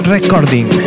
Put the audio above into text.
Recording